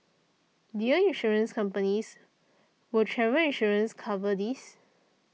dear Insurance companies will travel insurance cover this